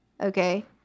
okay